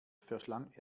verschlang